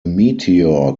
meteor